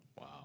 Wow